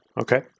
Okay